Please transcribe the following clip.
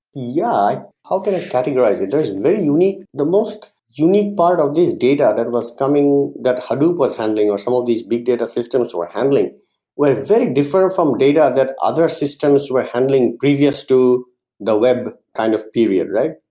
yeah, how could i categorize it, that's very unique. the most unique part of this data that was coming coming that hadoop was handling or some of these big data systems were handling were very different from data that other systems were handling previous to the web kind of period, right?